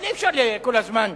אבל אי-אפשר כל הזמן